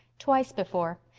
twice before.